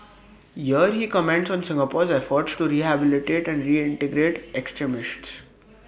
here he comments on Singapore's efforts to rehabilitate and reintegrate extremists